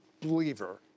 believer